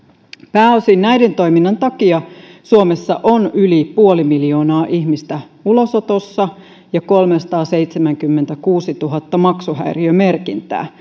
pääosin näiden toiminnan takia suomessa on yli puoli miljoonaa ihmistä ulosotossa ja kolmesataaseitsemänkymmentäkuusituhatta maksuhäiriömerkintää